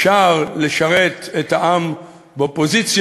אפשר לשרת את העם באופוזיציה,